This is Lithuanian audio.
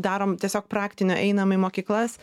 darom tiesiog praktinio einam į mokyklas